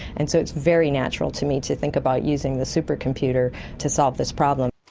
and so it's very natural to me to think about using the supercomputer to solve this problem.